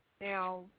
now